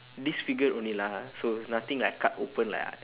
disfigured only lah so it's nothing like cut open lah